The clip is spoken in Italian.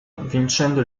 vincendo